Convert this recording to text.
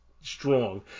strong